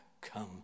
come